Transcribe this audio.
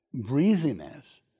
breeziness